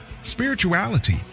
spirituality